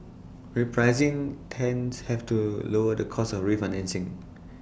repricing tends have to lower the costs of refinancing